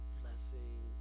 blessing